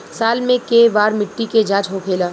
साल मे केए बार मिट्टी के जाँच होखेला?